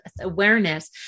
awareness